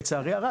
לצערי הרב,